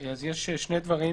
יש שני דברים.